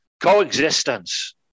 coexistence